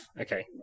Okay